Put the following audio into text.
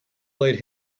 lead